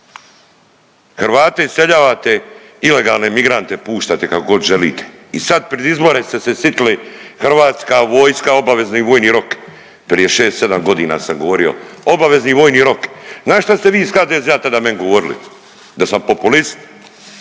Hrvate iseljavate ilegalne migrante puštate kakogod želite i sad pred izbore ste se sitili hrvatske vojska i obavezno i vojni rok. Prije šest, sedam godina sam govorio obavezni vojni rok. Znaš šta ste vi iz HDZ-a tada meni govorili? Da sam populist,